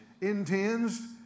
intends